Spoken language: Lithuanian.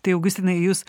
tai augustinai jūs